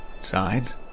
sides